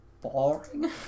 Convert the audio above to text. boring